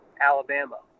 Alabama